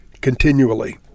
continually